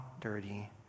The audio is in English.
dirty